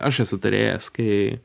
aš esu turėjęs kai